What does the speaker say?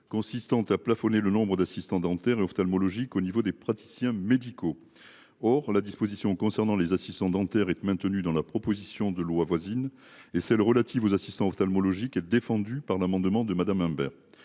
consistante à plafonner le nombre d'assistants dentaires et ophtalmologiques au niveau des praticiens médicaux. Or la disposition concernant les assistants dentaires maintenu dans la proposition de loi voisine et celles relatives aux assistants ophtalmologique est défendue par l'amendement de Madame Imbert,